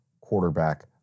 quarterback